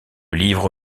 livre